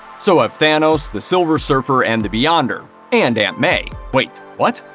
so have thanos, the silver surfer and the beyonder. and aunt may. wait, what?